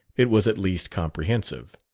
it was at least comprehensive.